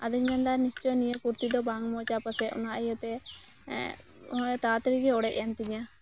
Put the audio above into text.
ᱟᱫᱚᱧ ᱢᱮᱱᱫᱟ ᱱᱤᱥᱪᱚᱭ ᱱᱤᱭᱟᱹ ᱠᱩᱲᱛᱤ ᱫᱚ ᱵᱟᱝ ᱢᱚᱪᱟ ᱵᱟᱥᱮᱡ ᱚᱱᱟ ᱤᱭᱟᱹᱛᱮ ᱛᱟᱲᱟ ᱛᱟᱹᱲᱤᱜᱤ ᱚᱲᱮᱡ ᱮᱱᱛᱤᱧᱟᱹ